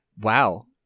Wow